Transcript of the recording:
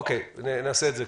אוקיי, נעשה את זה.